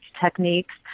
techniques